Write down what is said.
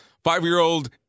Five-year-old